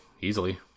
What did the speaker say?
Easily